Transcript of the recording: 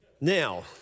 Now